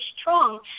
strong